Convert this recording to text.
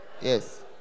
yes